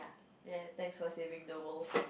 ya thanks for saving the world